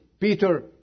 Peter